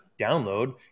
download